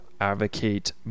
advocate